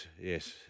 yes